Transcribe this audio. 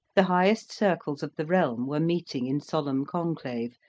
the highest circles of the realm were meeting in solemn conclave,